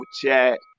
chat